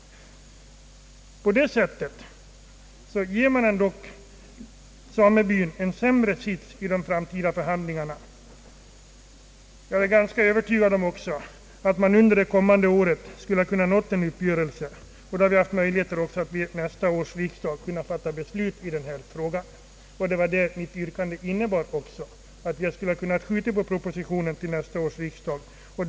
På det sättet gör man det sämre för Sirkas i de framtida förhandlingarna. Jag är också ganska övertygad om att man under det kommande året kunde ha nått en uppgörelse, och då hade vi haft möjlighet att till nästa års riksdag fatta beslut i denna fråga. Det var också innebörden i mitt yrkande att vi skulle skjuta på propositionen till nästa års riksdag.